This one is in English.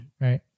right